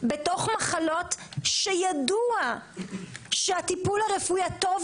בתוך מחלות שידוע שהטיפול הרפואי הטוב